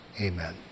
amen